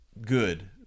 good